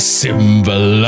symbol